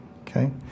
okay